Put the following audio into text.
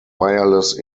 wireless